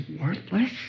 worthless